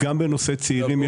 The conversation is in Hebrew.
גם בנושא צעירים,